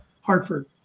Hartford